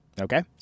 Okay